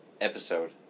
episode